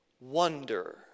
wonder